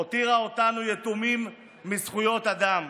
הותירה אותנו יתומים מזכויות אדם.